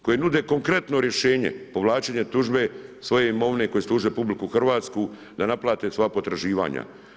Koje nude konkretno rješenje, povlačenje tužbe svoje imovine koje služe RH da naplate svoja potraživanja.